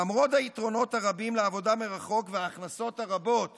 למרות היתרונות הרבים לעבודה מרחוק וההכנסות הרבות